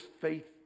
faith